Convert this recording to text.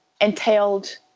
entailed